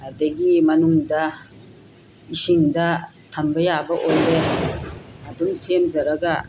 ꯑꯗꯒꯤ ꯃꯅꯨꯡꯗ ꯏꯁꯤꯡꯗ ꯊꯝꯕ ꯌꯥꯕ ꯑꯣꯏꯔꯦ ꯑꯗꯨꯝ ꯁꯦꯝꯖꯔꯒ